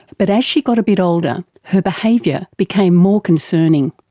but as she got a bit older her behaviour became more concerning.